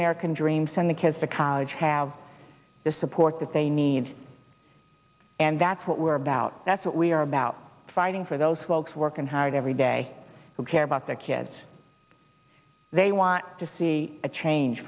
american dream send the kids to college have the support that they need and that's what we're about that's what we are about fighting for those folks working hard every day who care about their kids they want to see a change